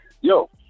Yo